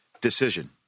decision